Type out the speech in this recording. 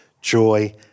joy